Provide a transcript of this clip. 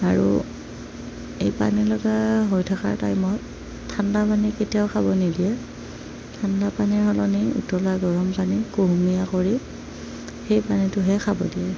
আৰু এই পানী লগা হৈ থকা টাইমত ঠাণ্ডা পানী কেতিয়াও খাব নিদিয়ে ঠাণ্ডা পানীৰ সলনি উতলা গৰম পানী কুহুমীয়া কৰি সেই পানীটোহে খাব দিয়ে